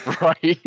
Right